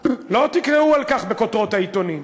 לא תקראו על כך בכותרות העיתונים,